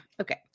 okay